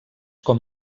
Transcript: com